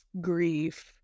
grief